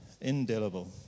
indelible